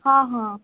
ହଁ ହଁ